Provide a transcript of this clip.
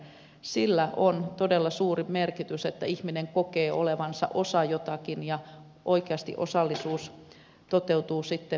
sillä on todella suuri merkitys että ihminen kokee olevansa osa jotakin ja oikeasti osallisuus toteutuu sitten vaikuttamisena